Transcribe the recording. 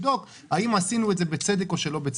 בודקים האם עשינו את זה בצדק או שלא.